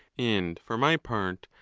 and for my part,